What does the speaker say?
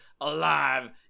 alive